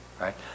right